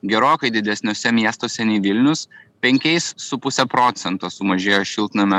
gerokai didesniuose miestuose nei vilnius penkiais su puse procento sumažėjo šiltnamio